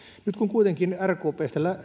nyt kun kuitenkin rkpstä